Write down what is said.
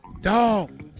dog